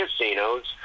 casinos